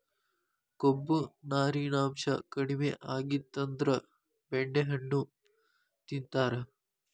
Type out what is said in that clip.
ಕೊಬ್ಬು, ನಾರಿನಾಂಶಾ ಕಡಿಮಿ ಆಗಿತ್ತಂದ್ರ ಬೆಣ್ಣೆಹಣ್ಣು ತಿಂತಾರ